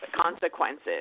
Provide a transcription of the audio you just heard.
consequences